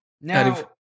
Now